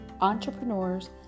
entrepreneurs